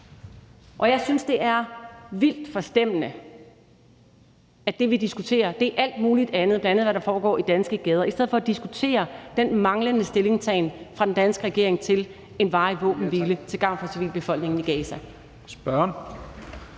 Jeg synes, det er vildt forstemmende, at det, vi diskuterer, er alt muligt andet, bl.a. hvad der foregår i danske gader, i stedet for at diskutere den manglende stillingtagen fra den danske regering til en varig våbenhvile til gavn for civilbefolkningen i Gaza.